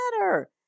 matter